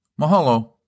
Mahalo